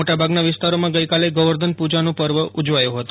મોટાભાગના વિસ્તારોમાં ગઈકાલે ગૌવર્ધન પુજાનો પર્વ ઉજવાયો હતો